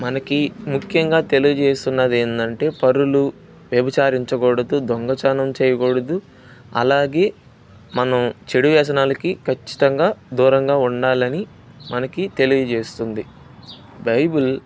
మనకు ముఖ్యంగా తెలియజేస్తున్నది ఏంటంటే పరులు వ్యభిచారించకూడదు దొంగతనం చేయకూడదు అలాగే మనం చెడు వ్యసనాలకి ఖచ్చితంగా దూరంగా ఉండాలి అని మనకు తెలియజేస్తుంది బైబిల్